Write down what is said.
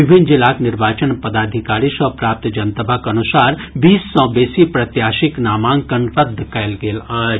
विभिन्न जिलाक निर्वाचन पदाधिकारी सँ प्राप्त जनतबक अनुसार बीस सँ बेसी प्रत्याशीक नामांकन रद्द कयल गेल अछि